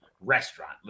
restaurant